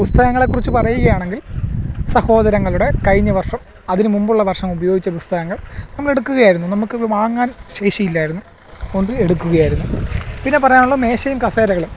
പുസ്തകങ്ങളെക്കുറിച്ച് പറയുകയാണെങ്കിൽ സഹോദരങ്ങളുടെ കഴിഞ്ഞ വർഷം അതിനുമുമ്പുള്ള വർഷം ഉപയോഗിച്ച പുസ്തകങ്ങൾ നമ്മൾ എടുക്കുകയായിരുന്നു നമുക്ക് അത് വാങ്ങാൻ ശേഷിയില്ലായിരുന്നു അതുകൊണ്ട് എടുക്കുകയായിരുന്നു പിന്നെ പറയാനുള്ളത് മേശയും കസേരകളും